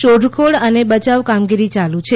શોધખોળ અને બચાવ કામગીરી ચાલુ છે